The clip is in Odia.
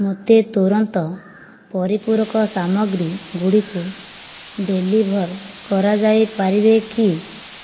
ମୋତେ ତୁରନ୍ତ ପରିପୂରକ ସାମଗ୍ରୀ ଗୁଡ଼ିକୁ ଡେଲିଭର୍ କରାଯାଇପାରିବେ କି